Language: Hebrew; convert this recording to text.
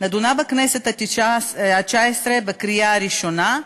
נתקבלה בכנסת התשע-עשרה בקריאה ראשונה,